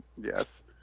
Yes